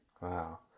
Wow